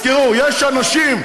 תזכרו, יש אנשים.